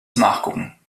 nachgucken